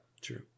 true